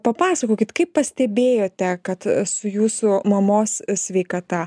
papasakokit kaip pastebėjote kad su jūsų mamos sveikata